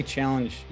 challenge